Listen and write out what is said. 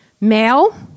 male